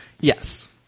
yes